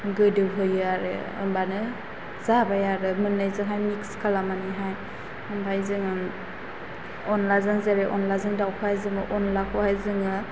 गोदोहोयो आरो होनबानो जाबाय आरो मोननैजोंहाय मिक्स खालामनानैहाय ओमफ्राय जोङो अनलाजों जेरै अनलाजों दावफा अनलाखौहाय जोङो